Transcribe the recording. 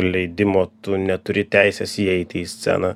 leidimo tu neturi teisės įeiti į sceną